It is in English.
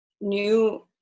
new